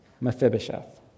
Mephibosheth